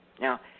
Now